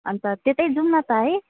अन्त त्यतै जाऔँ न त है